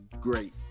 great